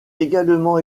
également